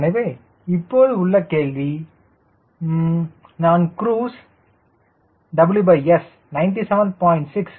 எனவே இப்போது உள்ள கேள்வி நான் குரூஸ் WS 97